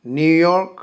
New York